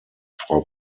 frau